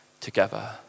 together